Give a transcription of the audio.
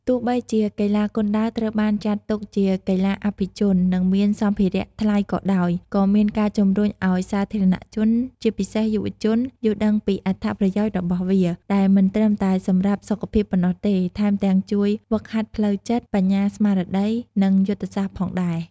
ទោះបីជាកីឡាគុនដាវត្រូវបានចាត់ទុកជាកីឡាអភិជន និងមានសម្ភារៈថ្លៃក៏ដោយ ក៏មានការជំរុញឱ្យសាធារណជន ជាពិសេសយុវជន យល់ដឹងពីអត្ថប្រយោជន៍របស់វា ដែលមិនត្រឹមតែសម្រាប់សុខភាពប៉ុណ្ណោះទេ ថែមទាំងជួយហ្វឹកហាត់ផ្លូវចិត្ត បញ្ញាស្មារតី និងយុទ្ធសាស្ត្រផងដែរ។